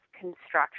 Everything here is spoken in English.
construction